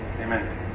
amen